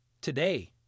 Today